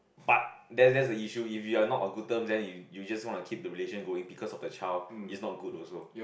but that that's a issue if you are not a good term then you you just want to keep the relation going because of the child is not good also